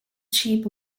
cheap